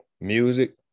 music